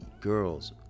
girls